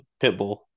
Pitbull